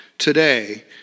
today